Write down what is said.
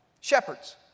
Shepherds